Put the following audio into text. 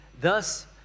Thus